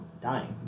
dying